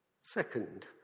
Second